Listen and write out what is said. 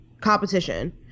competition